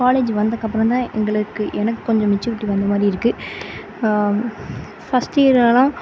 college வந்தக்கப்புறந்தான் எங்களுக்கு எனக்கு கொஞ்சம் மெச்யூரிட்டி வந்த மாதிரி இருக்குது ஃபர்ஸ்ட் இயர்லெலாம்